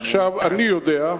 אני יודע,